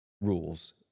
rules